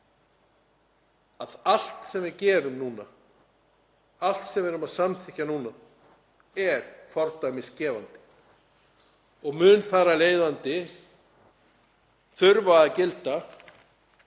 að allt sem við gerum núna, allt sem við erum að samþykkja núna, er fordæmisgefandi og mun þar af leiðandi gilda